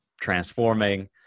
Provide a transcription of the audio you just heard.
transforming